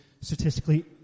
statistically